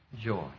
joy